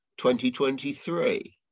2023